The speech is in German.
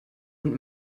und